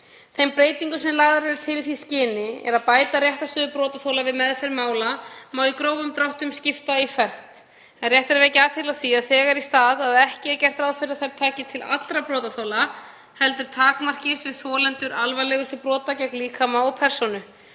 Þeim breytingum sem lagðar eru til í því skyni að bæta réttarstöðu brotaþola við meðferð mála má í grófum dráttum skipta í fernt, en rétt er að vekja athygli á því þegar í stað að ekki er gert ráð fyrir að þær taki til allra brotaþola heldur takmarkist við þolendur alvarlegustu brota gegn líkama og persónu.